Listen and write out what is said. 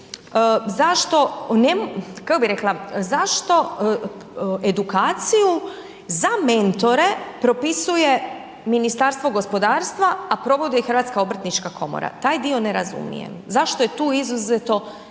zašto edukaciju za mentore propisuje Ministarstvo gospodarstva, a provodi je Hrvatska obrtnička komora. Taj dio ne razumijem. Zašto je tu izuzeto